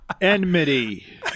enmity